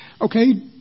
okay